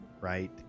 right